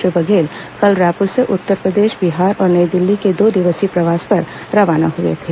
श्री बघेल कल रायपुर से उत्तर प्रदेश बिहार और नई दिल्ली के दो दिवसीय प्रवास पर रवाना हुए थे